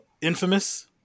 Infamous